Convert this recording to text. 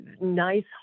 nice